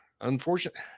unfortunately